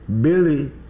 Billy